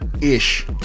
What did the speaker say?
ish